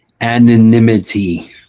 Anonymity